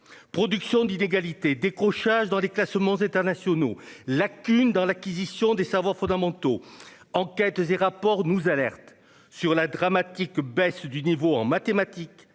production d'illégalité décrochage dans les classements internationaux lacunes dans l'acquisition des savoirs fondamentaux, enquêtes et rapports nous alerte sur la dramatique, baisse du niveau en mathématiques